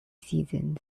seasons